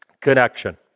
connection